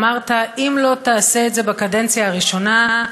אמרת: אם לא תעשה את זה בקדנציה הראשונה,